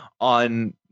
on